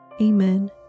Amen